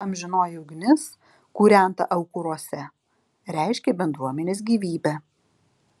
amžinoji ugnis kūrenta aukuruose reiškė bendruomenės gyvybę